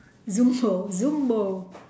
zumbo zumbo